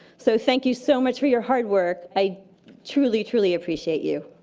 so thank you so much for your hard work. i truly, truly appreciate you.